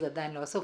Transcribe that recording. זה עדיין לא הסוף.